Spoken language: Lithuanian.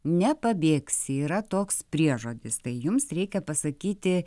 nepabėgsi yra toks priežodis tai jums reikia pasakyti